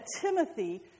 Timothy